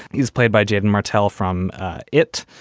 he's played by jason martel from it.